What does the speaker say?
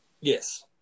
Yes